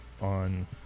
on